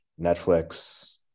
Netflix